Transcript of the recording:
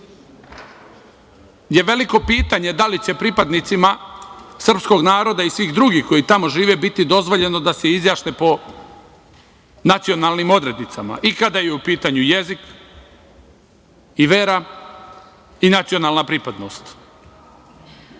je veliko pitanje da li će se pripadnicima srpskog naroda i svih drugih koji tamo živi biti dozvoljeno da se izjasne po nacionalnim odrednicama, i kada je u pitanju jezik, vera i nacionalna pripadnost.U